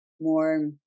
more